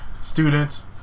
students